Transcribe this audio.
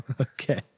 Okay